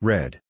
Red